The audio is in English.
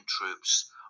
troops